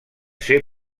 ser